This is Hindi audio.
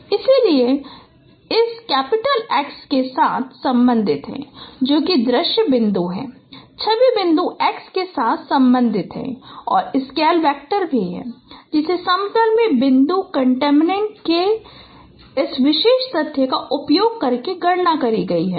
इसलिए x इस कैपिटल X के साथ संबंधित है जो कि दृश्य बिंदु है छवि बिंदु x के साथ संबंधित है और स्केल फैक्टर भी है जिसे समतल में बिंदु कन्टेनमेंट के इस विशेष तथ्य का उपयोग करके गणना की गई है